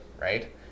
Right